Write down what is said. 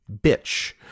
bitch